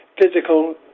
physical